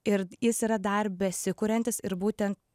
ir jis yra dar besikuriantis ir būtent